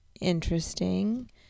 interesting